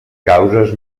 causes